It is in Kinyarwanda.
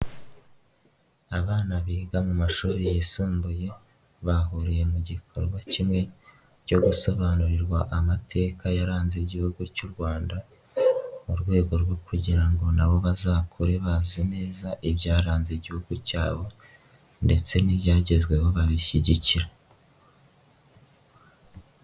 Abana biga mu mashuri yisumbuye, bahuriye mu gikorwa kimwe cyo gusobanurirwa amateka yaranze igihugu cy'u Rwanda, mu rwego rwo kugira ngo nabo bazakure bazi neza ibyaranze igihugu cyabo, ndetse n'ibyagezweho babishyigikira.